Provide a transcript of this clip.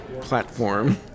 platform